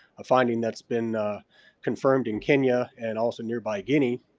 a finding that's been confirmed in kenya and also nearby guinea.